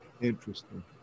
interesting